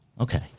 Okay